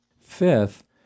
Fifth